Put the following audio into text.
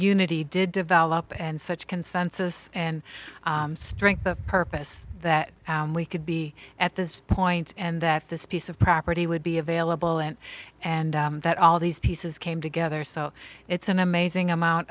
unity did develop and such consensus and strength of purpose that we could be at this point and that this piece of property would be available and and that all these pieces came together so it's an amazing amount